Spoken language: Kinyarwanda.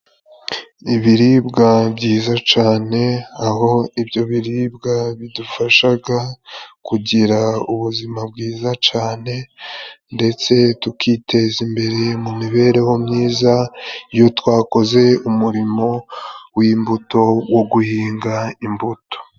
Ibiribwa byiza cyane aho ibyo biribwa bidufashaga kugira ubuzima bwiza cyane ndetse tukiteza imbere mu mibereho myiza, iyo twakoze umurimo wimbuto wo guhinga imbuto.